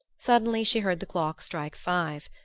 suddenly she heard the clock strike five.